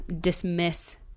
dismiss